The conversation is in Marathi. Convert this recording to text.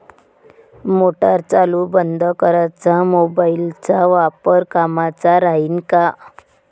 मोटार चालू बंद कराच मोबाईलचा वापर कामाचा राहीन का?